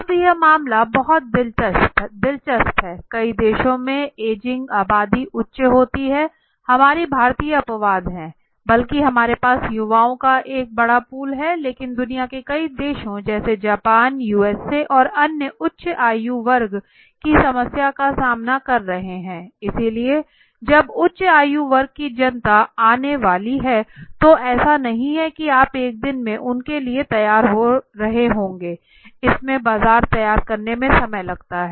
अब यह मामला बहुत दिलचस्प हैं कई देशों में एजिंग आबादी उच्च होती जा रही है हमारी भारतीय अपवाद हैं बल्कि हमारे पास युवाओं का एक बड़ा पूल है लेकिन दुनिया के कई देशों जैसे जापान यूएसए और अन्य उच्च आयु वर्ग की समस्या का सामना कर रहे हैं इसलिए जब उच्च आयु वर्ग की जनता आने वाली है तो ऐसा नहीं है कि आप एक दिन में उनके लिए तैयार हो रहे होंगे इसमें बाजार तैयार करने में समय लगता है